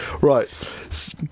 Right